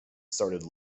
started